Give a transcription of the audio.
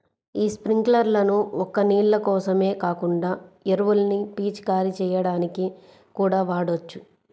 యీ స్పింకర్లను ఒక్క నీళ్ళ కోసమే కాకుండా ఎరువుల్ని పిచికారీ చెయ్యడానికి కూడా వాడొచ్చు